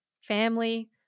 family